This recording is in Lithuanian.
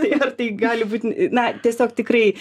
tai ar tai gali būt na tiesiog tikrai